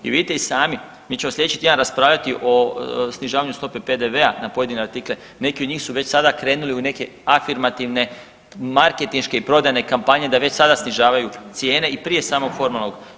I vidite i sami mi ćemo slijedeći tjedan raspravljati o snižavanju stope PDV-a na pojedine artikle, neki od njih su već sada krenuli u neke afirmativne marketinške i prodajne kampanje da već sada snižavaju cijene i prije samog formalnog.